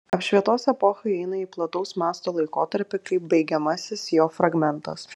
apšvietos epocha įeina į plataus masto laikotarpį kaip baigiamasis jo fragmentas